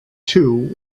too